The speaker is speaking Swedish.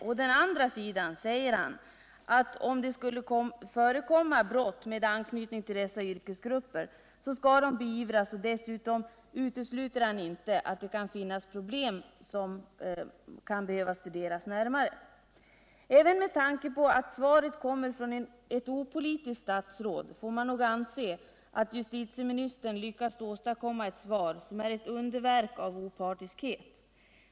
Å andra sidan säger han att om det skulle förekomma brott med anknytning till dessa yrkesgrupper så skall de beivras, och dessutom utesluter han inte att det kan finnas problem som behöver studeras närmare. Även med tanke på att svaret kommer från ett opolitiskt statsråd får man nog anse att justitieministern lyckats åstadkomma ett svar som är ett underverk av opartiskhet.